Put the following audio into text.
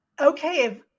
okay